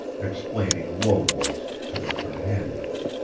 explaining low-voiced to their companions.